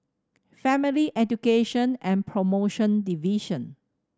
Family Education and Promotion Division